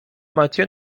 macie